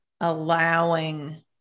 allowing